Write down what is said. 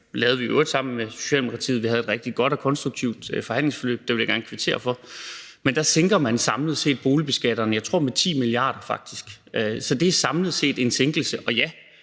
jo i øvrigt sammen med Socialdemokratiet, og vi havde et rigtig godt og konstruktivt forhandlingsforløb – det vil jeg gerne kvittere for. Men der sænker man samlet set boligbeskatningen med 10 mia. kr., tror jeg faktisk. Så det er samlet set en sænkelse. Og ja,